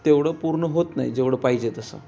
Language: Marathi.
तेवढं पूर्ण होत नाही जेवढं पाहिजे तसं